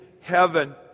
heaven